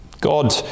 God